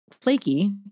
flaky